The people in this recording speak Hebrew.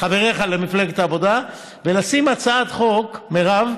חבריך למפלגת העבודה לשים הצעת חוק, מרב,